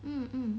um